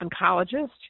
oncologist